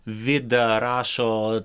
vida rašo